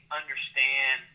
understand